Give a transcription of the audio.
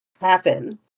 happen